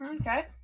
Okay